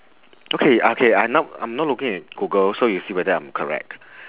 okay okay I'm not I'm not looking at google so you see whether I'm correct